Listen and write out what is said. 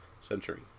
century